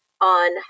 on